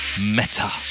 Meta